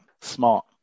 Smart